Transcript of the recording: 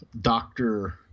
Doctor